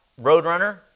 Roadrunner